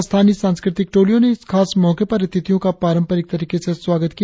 स्थानीय सांस्कृतिक टोलियों ने इस खास मौके पर अतिथियों का पारंपरिक तरीके से स्वागत किया